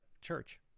church